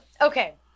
Okay